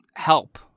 help